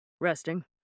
Resting